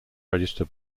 register